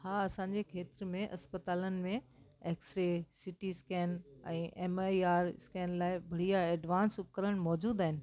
हा असांजे खेत्र में अस्पतालुनि में एक्सरे सीटी स्केन ऐं एम आई आर जे लाइ बढ़िया एडवांस उपकरण मौज़ूदु आहिनि